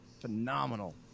phenomenal